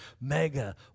Mega